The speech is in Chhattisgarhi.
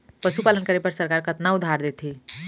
पशुपालन करे बर सरकार कतना उधार देथे?